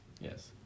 Yes